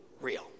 real